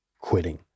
quitting